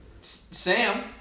Sam